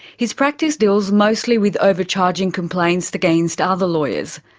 his practice deals mostly with overcharging complaints against other lawyers.